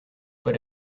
but